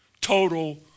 total